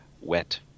wet